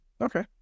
okay